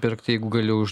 pirkt jeigu gali už